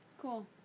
Cool